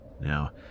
Now